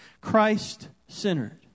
Christ-centered